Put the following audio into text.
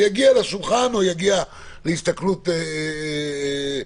זה יגיע לשולחן או להסתכלות קודמת.